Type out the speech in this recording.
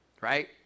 right